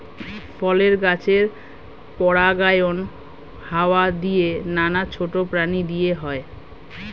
ফলের গাছের পরাগায়ন হাওয়া দিয়ে, নানা ছোট প্রাণী দিয়ে হয়